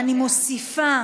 אני מוסיפה